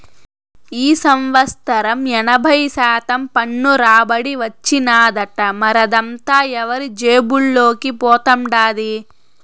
ఈ సంవత్సరం ఎనభై శాతం పన్ను రాబడి వచ్చినాదట, మరదంతా ఎవరి జేబుల్లోకి పోతండాది